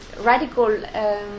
radical